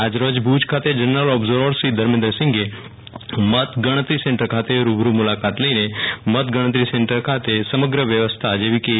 આજરીજ ભૂજ ખાતે જનરલ ઓબ્ઝર્વરશ્રી ધર્મેન્દ્રસીંઘે મતગણતરી સેન્ટર ખાતે રૂબરૂ મુલાકાત લઇને મતગતરી સેન્ટર ખાતે મતગણતરી માટેની સમગ્ર વ્યવસ્થા જેવીકે ઇ